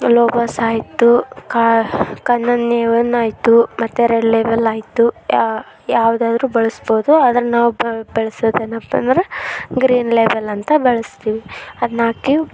logos ಆಯಿತು ಕಣ್ಣನ್ ದೇವನ್ ಆಯಿತು ಮತ್ತು ರೆಡ್ ಲೇಬಲ್ ಆಯಿತು ಯಾವುದಾದ್ರು ಬಳಸ್ಬೋದು ಆದ್ರೆ ನಾವು ಬಳ್ಸೋದು ಏನಪ್ಪ ಅಂದ್ರೆ ಗ್ರೀನ್ ಲೇಬಲ್ ಅಂತ ಬಳಸ್ತೀವಿ ಅದ್ನಹಾಕಿ